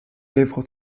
lèvres